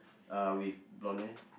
uh with blonde hair